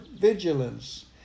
vigilance